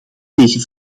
tegen